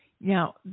Now